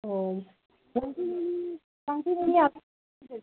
औ